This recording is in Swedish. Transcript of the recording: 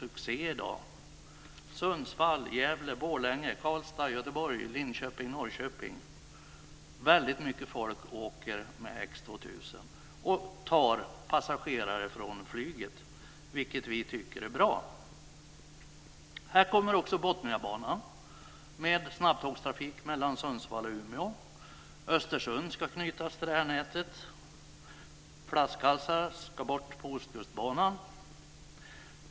När det gäller Sundsvall, Gävle, Borlänge, Karlstad, Göteborg, Linköping och Norrköping åker väldigt mycket folk med X 2000, som tar passagerare från flyget. Det tycker vi är bra. Vidare gäller det Botniabanan med snabbtågstrafik mellan Sundsvall och Umeå. Östersund ska också knytas till det här nätet. Flaskhalsar ska bort på Ostkustbanan.